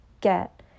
get